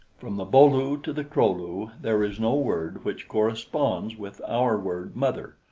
from the bo-lu to the kro-lu there is no word which corresponds with our word mother.